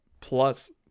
Plus